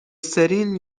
سرین